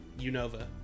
Unova